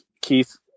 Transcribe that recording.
Keith –